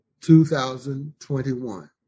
2021